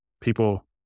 people